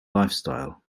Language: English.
lifestyle